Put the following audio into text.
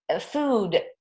food